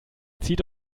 zieht